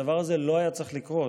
הדבר הזה לא היה צריך לקרות.